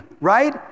right